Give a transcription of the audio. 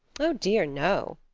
oh! dear no!